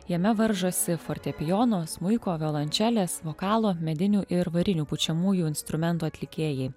jame varžosi fortepijono smuiko violončelės vokalo medinių ir varinių pučiamųjų instrumentų atlikėjai